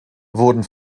wurden